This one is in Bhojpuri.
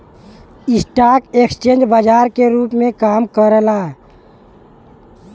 स्टॉक एक्सचेंज बाजार के रूप में काम करला